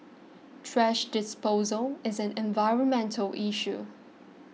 thrash disposal is an environmental issue